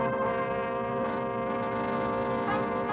or